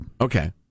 Okay